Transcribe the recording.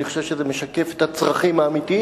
אני חושב שזה משקף את הצרכים האמיתיים,